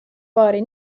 paari